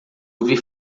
ouvir